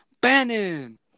Bannon